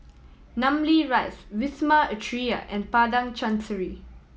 Namly Rise Wisma Atria and Padang Chancery